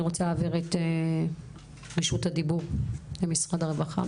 אני רוצה להעביר את רשות הדיבור למשרד הרווחה.